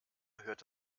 hört